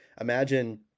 imagine